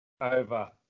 over